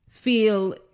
feel